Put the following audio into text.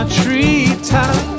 treetop